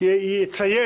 כבוד היושב-ראש,